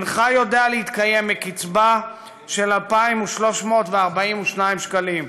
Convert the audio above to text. אינך יודע להתקיים מקצבה של 2,342 שקלים.